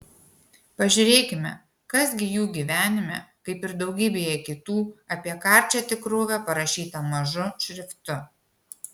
pažiūrėkime kas gi jų gyvenime kaip ir daugybėje kitų apie karčią tikrovę parašyta mažu šriftu